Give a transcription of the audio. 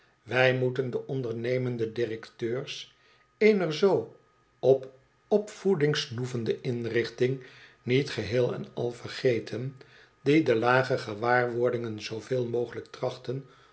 wij moeten de ondernemende directeurs eener zoo op opvoeding snoevende inrichting niet geheel en al vergeten die de lage gewaarwordingen zooveel mogelijk trachtten